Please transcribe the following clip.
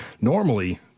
Normally